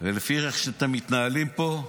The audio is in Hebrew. ולפי איך שאתם מתנהלים פה,